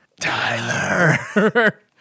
Tyler